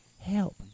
Help